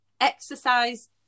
exercise